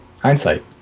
Hindsight